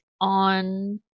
on